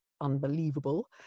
unbelievable